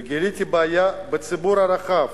וגיליתי בעיה בציבור הרחב: